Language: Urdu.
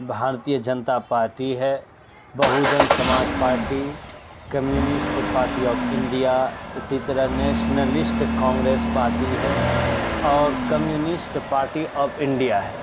بھارتیہ جنتا پارٹی ہے Bahujan Samaj party communist party of India اسی طرح نیشنلسٹ کانگریس پارٹی ہے اور کمیونسٹ پارٹی آف انڈیا ہے